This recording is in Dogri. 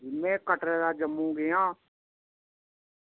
जी में कटरा दा जम्मू गेआ